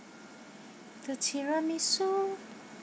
the tiramisu